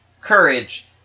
courage